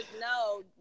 no